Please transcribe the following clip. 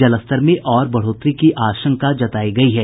जलस्तर में और बढ़ोतरी की आशंका जतायी गयी है